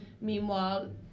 Meanwhile